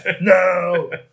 no